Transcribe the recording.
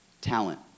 Talent